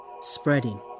spreading